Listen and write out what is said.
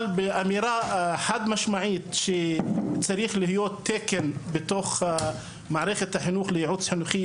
אבל באמירה חד משמעית שצריך להיות תקן בתוך מערכת החינוך לייעוץ חינוכי,